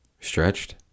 Stretched